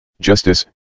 Justice